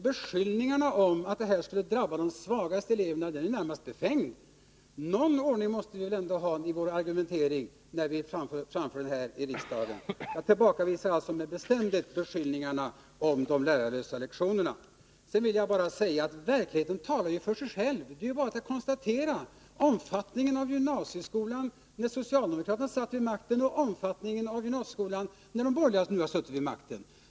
Beskyllningen att de lärarlösa lektionerna skulle drabba de svaga eleverna är närmast befängd. Någon ordning måste vi ändå ha i vår argumentering, när vi framför den här i riksdagen. Jag tillbakavisar med bestämdhet beskyllningarna om de lärarlösa lektionerna. Verkligheten talar för sig själv. Det är bara att konstatera omfattningen av gymnasieskolan när socialdemokraterna satt vid makten och omfattningen av den när de borgerliga nu sitter vid makten.